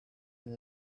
and